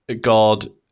God